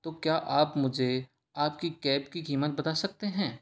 तो क्या आप मुझे आपकी कैब की कीमत बता सकते हैं